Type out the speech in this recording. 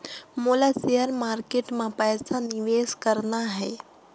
मोला share market मां पइसा निवेश करना हे?